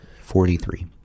Forty-three